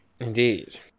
indeed